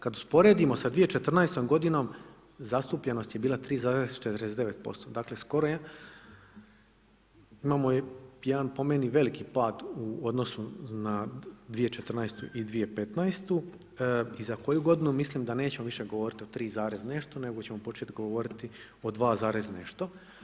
Kada usporedimo sa 2014. godinom zastupljenost je bila 3,49%, dakle skoro imamo po meni jedan veliki pad u odnosu na 2014. i 2015. i za koju godinu mislim da nećemo više govoriti o 3, nešto, nego ćemo početi govoriti o 2, nešto.